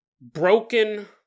broken